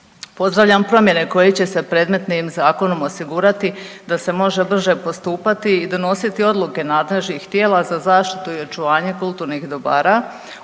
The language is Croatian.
Pozdravljam promjene koje će se predmetnim zakonom osigurati da se može brže postupati i donositi odluke nadležnih tijela za zaštitu i očuvanje kulturnih dobara